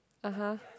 (uh huh)